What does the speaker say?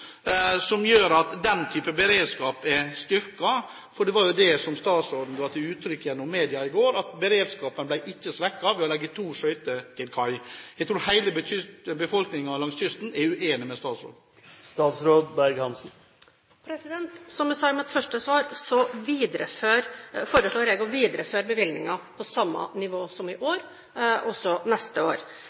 som gjør at den typen beredskap er styrket? For det var jo det som statsråden ga uttrykk for gjennom media i går, at beredskapen ikke ble svekket ved å legge to skøyter til kai. Jeg tror hele befolkningen langs kysten er uenig med statsråden. Som jeg sa i mitt første svar, foreslår jeg å videreføre bevilgningen også neste år på samme nivå som i år.